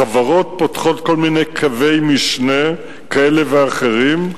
החברות פותחות כל מיני קווי משנה כאלה ואחרים.